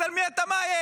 אז על מי אתה מאיים?